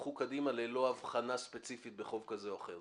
תלכו קדימה ללא אבחנה ספציפית בחוק כזה או אחר.